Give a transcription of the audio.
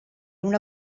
una